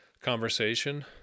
conversation